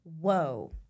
Whoa